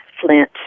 flint